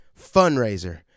fundraiser